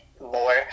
more